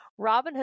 Robinhood